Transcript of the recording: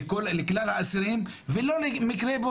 לכלל האסירים ולא למקרה,